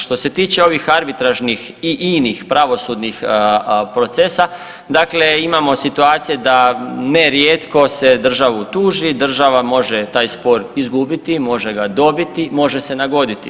Što se tiče ovih arbitražnih i inih pravosudnih procesa, dakle, imamo situacije da ne rijetko se državu tuži, država može taj spor izgubiti, može ga dobiti, može se nagoditi.